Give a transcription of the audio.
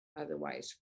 Otherwise